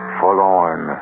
forlorn